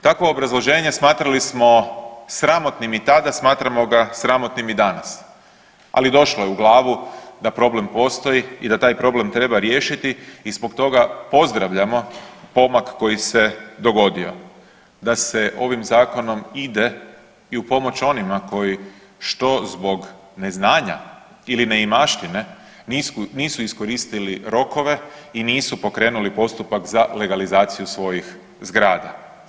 Takvo obrazloženje smatrali smo sramotnim i tada, smatramo ga sramotnim i danas, ali došlo je u glavu da problem postoji i da taj problem treba riješiti i zbog toga pozdravljamo pomak koji se dogodio da se ovim zakonom ide i u pomoć onima koji što zbog neznanja ili neimaštine nisu iskoristili rokove i nisu pokrenuli postupak za legalizaciju svojih zgrada.